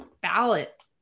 ballot